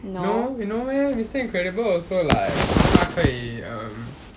no you know meh mister incredible also like a err